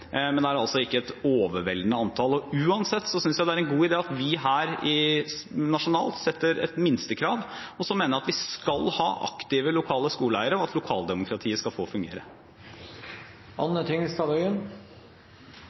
men det er altså ikke et overveldende antall. Uansett synes jeg det er en god idé at vi her, nasjonalt, setter et minstekrav, og så mener jeg at vi skal ha aktive lokale skoleeiere, og at lokaldemokratiet skal få fungere.